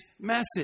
message